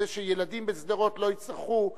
כדי שילדים בשדרות לא יצטרכו,